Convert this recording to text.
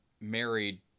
married